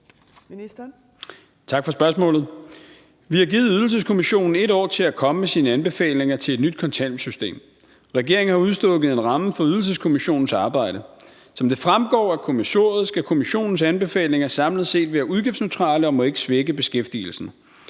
Tak for spørgsmålet. Vi har givet Ydelseskommissionen 1 år til at komme med sine anbefalinger til et nyt kontanthjælpssystem. Regeringen har udstukket en ramme for Ydelseskommissionens arbejde. Som det fremgår af kommissoriet, skal kommissionens anbefalinger samlet set være udgiftsneutrale og må ikke svække beskæftigelsen.